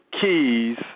Keys